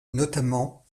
notamment